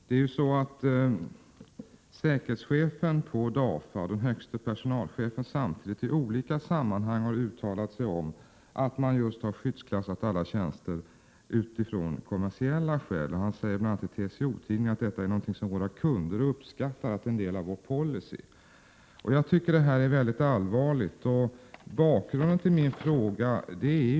Fru talman! Säkerhetschefen och samtidigt högste personalchefen på DAFA har i olika sammanhang uttalat att man skyddsklassat alla tjänster av kommersiella skäl. Han säger bl.a. i TCO-tidningen att detta är någonting som DAFA:s kunder uppskattar och att det är en del av företagets policy. Jag tycker att detta är mycket allvarligt. Vi får i riksdagen inte gå in på enskilda fall.